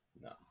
No